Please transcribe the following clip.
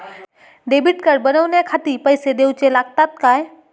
Debit card बनवण्याखाती पैसे दिऊचे लागतात काय?